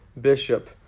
bishop